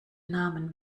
namen